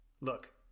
look